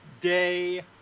Day